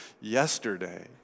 yesterday